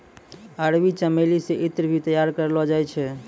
अरबी चमेली से ईत्र भी तैयार करलो जाय छै